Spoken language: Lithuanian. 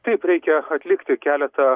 taip reikia atlikti keletą